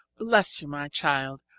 bless you my child,